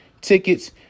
tickets